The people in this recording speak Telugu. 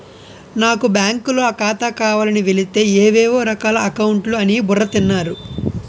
నాకు బాంకులో ఖాతా కావాలని వెలితే ఏవేవో రకాల అకౌంట్లు అని బుర్ర తిన్నారు